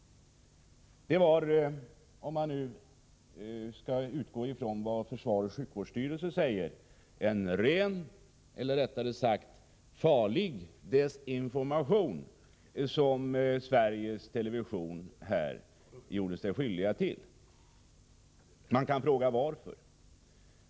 Det var — om man nu skall utgå från vad försvarets sjukvårdsstyrelse säger —en farlig desinformation som Sveriges Television här gjorde sig skyldig till. Man kan fråga varför.